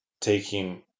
taking